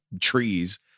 trees